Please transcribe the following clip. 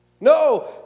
No